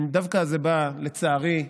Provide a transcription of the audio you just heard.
וזה דווקא בא, לצערי,